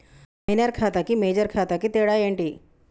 Minor ఖాతా కి major ఖాతా కి తేడా ఏంటి?